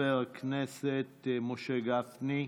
חבר הכנסת משה גפני.